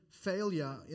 failure